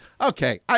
Okay